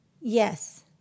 Yes